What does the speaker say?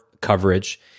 coverage